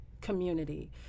community